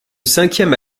cinquième